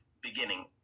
beginning